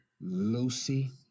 Lucy